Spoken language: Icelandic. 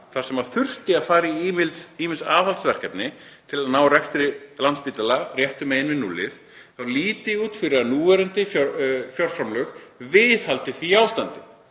þar sem þurfti að fara í ýmis aðhaldsverkefni til að ná rekstri Landspítala réttum megin við núllið, að það líti út fyrir að núverandi fjárframlög viðhaldi því ástandi.